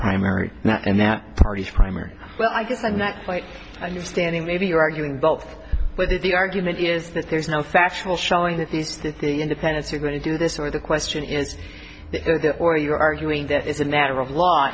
primary and that party's primary well i guess i'm not quite understanding maybe you're arguing both whether the argument is that there's no factual showing that the city independents are going to do this or the question is or you're arguing that it's a matter of law